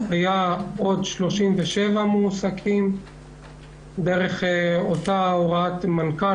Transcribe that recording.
הייתה לעוד 37 מועסקים דרך אותה הוראת מנכ"ל,